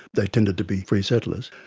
they tended to be free settlers.